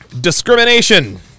discrimination